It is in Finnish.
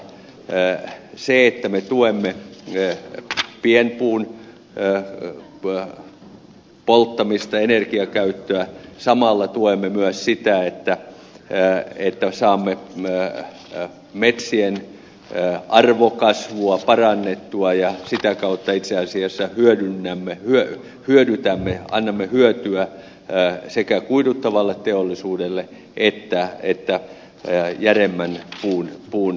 mutta sillä että me tuemme pienpuun polttamista ja energiakäyttöä samalla tuemme myös sitä että saamme metsien arvokasvua parannettua ja sitä kautta itse asiassa hyödytämme annamme hyötyä sekä kuiduttavalle teollisuudelle että järeämmän puun tuottamiselle